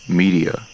media